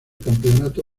campeonato